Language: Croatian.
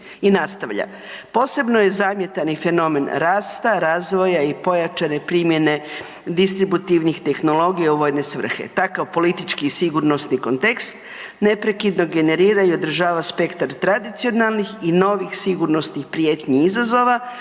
I nastavlja, posebno je zamjetan i fenomen rasta, razvoja i pojačane primjene distributivnih tehnologija u vojne svrhe. Takav politički i sigurnosni kontekst neprekidno generira i održava spektar tradicionalnih i novih sigurnosnih prijetnji i izazova,